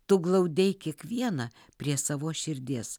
tu glaudei kiekvieną prie savos širdies